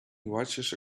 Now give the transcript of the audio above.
watches